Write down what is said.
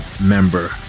member